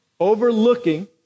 overlooking